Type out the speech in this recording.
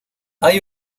hay